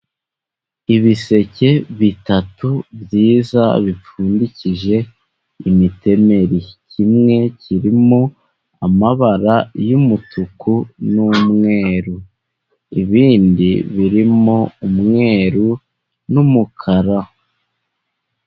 Ibiseke bitatu byiza bipfundikije imitemeri kimwe kirimo amabara y'umutuku n'umweru, ibindi birimo umweru n'umukara.